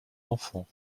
enfants